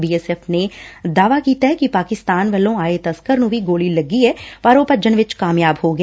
B S F ਨੇ ਦਾਅਵਾ ਕੀਤੈ ਕਿ ਪਾਕਿਸਤਾਨ ਵੱਲੋ ਆਏ ਤਸਕਰ ਨੂੰ ਵੀ ਗੋਲੀ ਲੱਗੀ ਏ ਪਰ ਉਹ ਭੱਜਣ ਵਿਚ ਕਾਮਯਾਬ ਹੋ ਗਿਆ